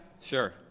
sure